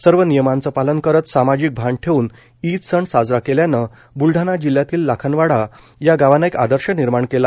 सर्व नियमांचे पालन करत सामाजिक भान ठेवून ईद सण साजरा केल्याने ब्लडाणा जिल्ह्यातील लाखनवाडा ह्या गावाने एक आदर्श निर्माण केला